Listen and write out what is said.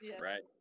Right